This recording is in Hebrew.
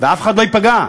ואף אחד לא ייפגע.